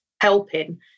helping